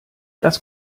das